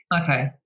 Okay